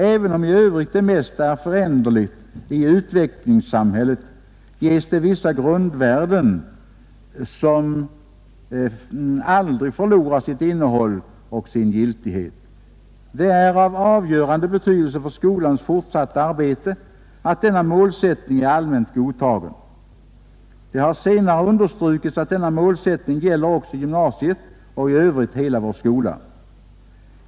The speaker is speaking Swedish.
Även om i övrigt det mesta är föränderligt i utvecklingssamhället, ges det vissa grundvärden, som aldrig förlorar sitt innehåll och sin giltighet. Det är av avgörande betydelse för skolans fortsatta arbete, att denna målsättning är allmänt godtagen.” — Det har senare understrukits att denna målsättning gäller också gymnasiet och i övrigt hela vår skola.